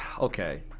okay